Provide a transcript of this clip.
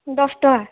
ଦଶ ଟଙ୍କା